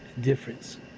difference